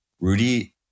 Rudy